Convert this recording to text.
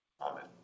Amen